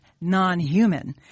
non-human